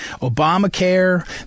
Obamacare